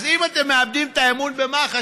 אז אם אתם מאבדים את האמון במח"ש,